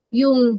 yung